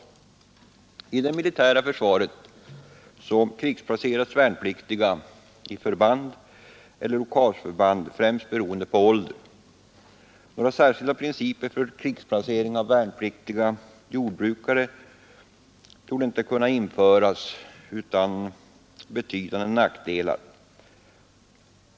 I det militära försvaret krigsplaceras värnpliktiga i förband eller lokalförband främst beroende på ålder. Några särskilda principer för krigsplacering av värnpliktiga jordbrukare torde inte kunna införas utan betydande nackdelar.